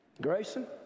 Grayson